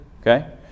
Okay